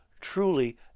truly